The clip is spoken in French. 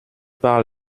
par